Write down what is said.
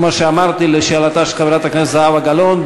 כמו שאמרתי ביחס לשאלה של חברת הכנסת זהבה גלאון,